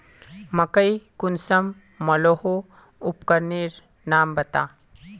मकई कुंसम मलोहो उपकरनेर नाम बता?